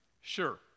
sure